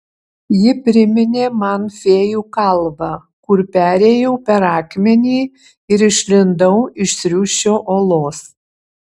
ji priminė man fėjų kalvą kur perėjau per akmenį ir išlindau iš triušio olos